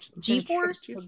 G-force